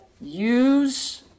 Use